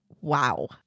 Wow